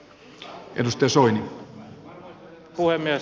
arvoisa herra puhemies